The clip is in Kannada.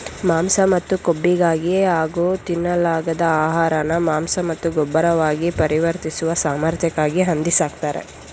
ಮಾಂಸ ಮತ್ತು ಕೊಬ್ಬಿಗಾಗಿ ಹಾಗೂ ತಿನ್ನಲಾಗದ ಆಹಾರನ ಮಾಂಸ ಮತ್ತು ಗೊಬ್ಬರವಾಗಿ ಪರಿವರ್ತಿಸುವ ಸಾಮರ್ಥ್ಯಕ್ಕಾಗಿ ಹಂದಿ ಸಾಕ್ತರೆ